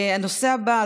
הנושא הבא,